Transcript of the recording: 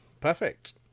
Perfect